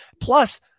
Plus